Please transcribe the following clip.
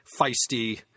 feisty